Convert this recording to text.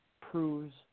proves